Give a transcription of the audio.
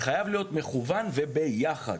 חייב להיות מכוון וביחד.